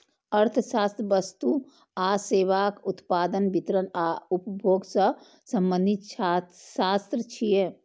अर्थशास्त्र वस्तु आ सेवाक उत्पादन, वितरण आ उपभोग सं संबंधित शास्त्र छियै